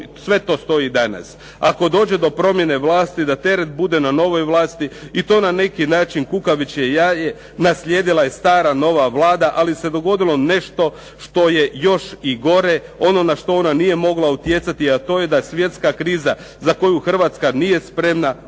sve to stoji danas. Ako dođe do promjene vlasti da teret bude na novoj vlasti i to na neki način kukavičje jaje naslijedila je stara nova Vlada ali se dogodilo nešto što je još gore, ono na što ona nije mogla utjecati a to je da svjetska kriza za koju Hrvatska nije spremna